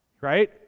right